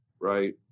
right